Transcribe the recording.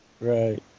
Right